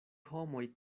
homoj